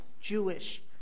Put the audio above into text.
Jewish